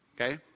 Okay